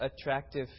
attractive